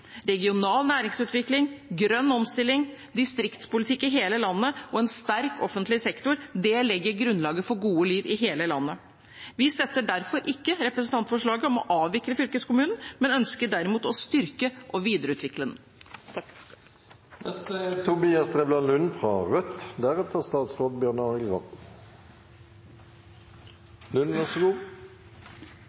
Regional næringsutvikling, grønn omstilling, distriktspolitikk i hele landet og en sterk offentlig sektor legger grunnlaget for et godt liv i hele landet. Vi støtter derfor ikke representantforslaget om å avvikle fylkeskommunen, men ønsker derimot å styrke og videreutvikle den.